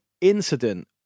incident